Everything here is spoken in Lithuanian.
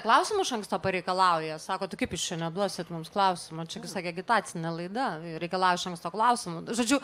klausimų iš anksto pareikalauja sako tai kaip jūs čia neduosit mums klausimų čia gi sakė agitacinė laida reikalauja iš anksto klausimų žodžiu